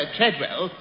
Treadwell